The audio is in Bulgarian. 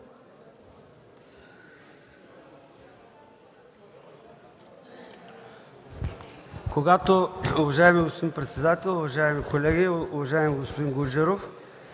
ЦОНЕВ: Уважаеми господин председател, уважаеми колеги! Уважаеми господин Гуджеров,